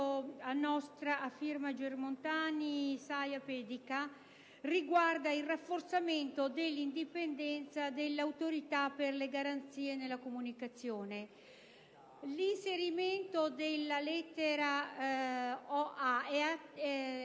11.202, a firma Germontani, Saia e Pedica, riguarda il rafforzamento dell'indipendenza dell'Autorità per le garanzie nelle comunicazioni. L'inserimento della lettera *0a)* è